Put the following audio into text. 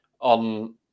on